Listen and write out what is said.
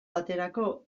baterako